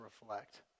reflect